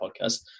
podcast